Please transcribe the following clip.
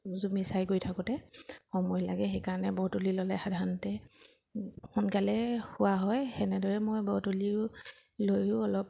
জুমি চাই গৈ থাকোঁতে সময় লাগে সেইকাৰণে ব তুলি ল'লে সাধাৰণতে সোনকালে হোৱা হয় সেনেদৰে মই ব তুলি লৈও অলপ